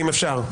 אם אפשר.